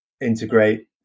integrate